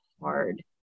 hard